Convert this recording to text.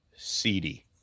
Seedy